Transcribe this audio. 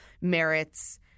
merits